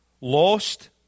Lost